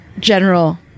General